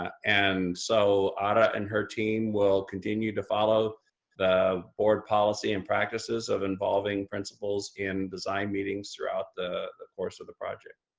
ah and so ara and her team will continue to follow the board policy and practices of involving principals in design meetings throughout the course of the project.